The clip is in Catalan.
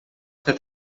fer